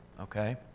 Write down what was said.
Okay